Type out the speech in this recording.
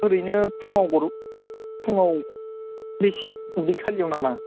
ओरैनो फुंआव फुंआव उदै खालियाव नामा